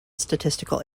statistical